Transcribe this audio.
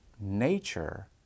nature